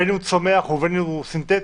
בין הוא צומח ובין הוא סינתטי,